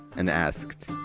and asked,